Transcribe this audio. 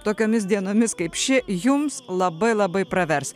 tokiomis dienomis kaip ši jums labai labai pravers